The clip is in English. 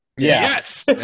yes